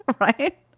right